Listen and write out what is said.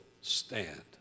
stand